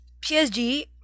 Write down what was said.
PSG